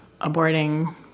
aborting